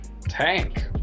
Tank